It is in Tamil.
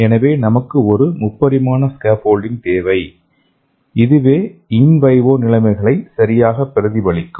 எனவே நமக்கு ஒரு முப்பரிமாண ஸ்கேஃபோல்டிங் தேவை இதுவே இன் விவோ நிலைமைகளை சரியாகப் பிரதிபலிக்கும்